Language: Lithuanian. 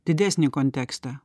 didesnį kontekstą